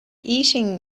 eating